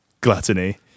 gluttony